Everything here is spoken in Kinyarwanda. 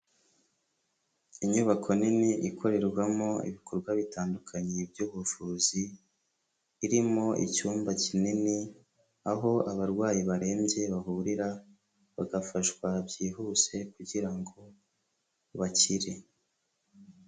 Inyubako nini ikorerwamo ibikorwa bitandukanye by'ubuvuzi, irimo icyumba kinini, aho abarwayi barembye bahurira, bagafashwa byihuse kugira ngo bakire.